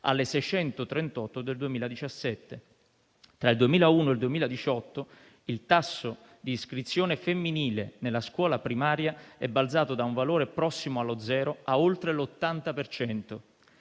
alle 638 del 2017. Tra il 2001 e il 2018 il tasso di iscrizione femminile nella scuola primaria è balzato da un valore prossimo allo zero a oltre l'80